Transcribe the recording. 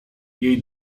jej